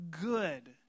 good